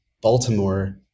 Baltimore